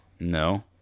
No